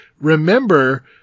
remember